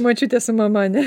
močiutės su mama ane